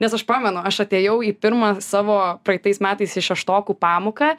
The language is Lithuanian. nes aš pamenu aš atėjau į pirmą savo praeitais metais į šeštokų pamoką